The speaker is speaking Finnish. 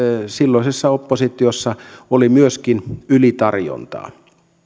silloisessa oppositiossa oli myöskin ylitarjontaa